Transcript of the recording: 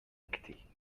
actées